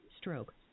stroke